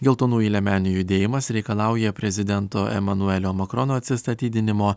geltonųjų liemenių judėjimas reikalauja prezidento emanuelio makrono atsistatydinimo